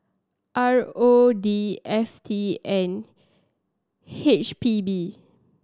R O D F T and H P B